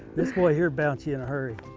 this boy here'll bounce ya in a hurry.